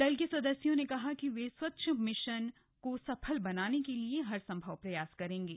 दल के सदस्यों ने कहा कि वे स्वच्छ मिशन को सफल बनाने के लिए हर संभव प्रयास करेंगे